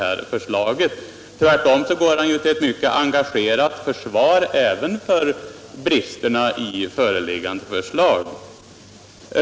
Han för tvärtom ett mycket engagerat försvar för bristerna i det föreliggande förslaget.